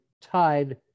tied